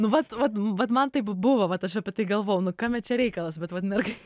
nu vat vat vat man taip b buvo vat aš apie tai galvojau nu kame čia reikalas bet vat mergai